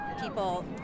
people